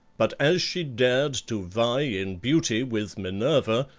but as she dared to vie in beauty with minerva,